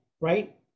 right